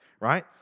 Right